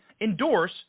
endorse